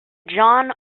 john